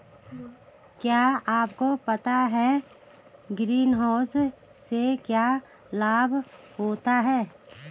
क्या आपको पता है ग्रीनहाउस से क्या लाभ होता है?